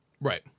Right